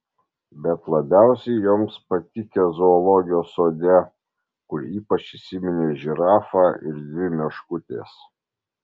bet labiausiai joms patikę zoologijos sode kur ypač įsiminė žirafa ir dvi meškutės